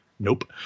Nope